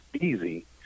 easy